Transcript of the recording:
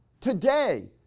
Today